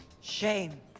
Shame